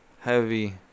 Heavy